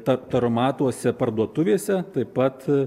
tad taromatuose parduotuvėse taip pat